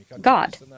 God